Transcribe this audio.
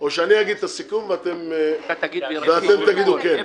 את הסיכום, ואתם תגידו כן.